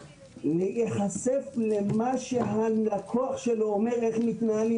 להיחשף למה שהלקוח שלו אומר איך מתנהלים.